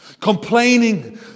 Complaining